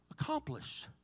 accomplish